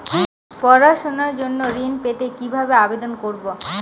পড়াশুনা জন্য ঋণ পেতে কিভাবে আবেদন করব?